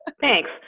Thanks